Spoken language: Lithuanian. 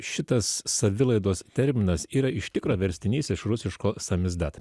šitas savilaidos terminas yra iš tikro verstinys iš rusiško samizdat